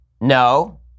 no